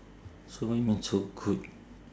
so what you mean so good